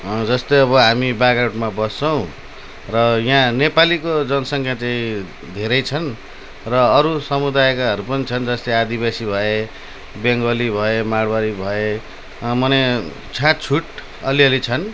जस्तै अब हामी बाग्राकोटमा बस्छौँ र यहाँ नेपालीको जनसङ्ख्या चाहिँ धेरै छन् र अरू समुदायकाहरू पनि छन् जस्तै आदिबासी भए बङ्गाली भए मारवाडी भए माने छाटछुट अलिअलि छन्